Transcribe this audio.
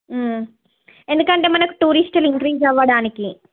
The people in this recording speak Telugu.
ఎందుకంటే మనకి టూరిస్టులు ఇంక్రీజ్ అవ్వడానికి